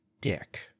dick